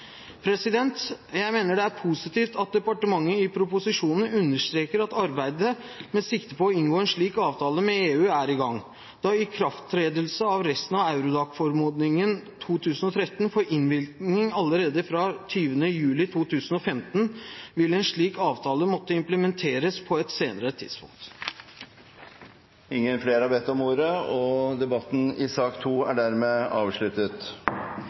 Jeg mener det er positivt at departementet i proposisjonen understreker at arbeidet med sikte på å inngå en slik avtale med EU er i gang. Da ikrafttredelse av resten av Eurodac-forordningen 2013 får innvirkning allerede fra 20. juli 2015, vil en slik avtale måtte implementeres på et senere tidspunkt. Flere har ikke bedt om ordet til sak nr. 2. Det er